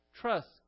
Trust